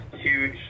huge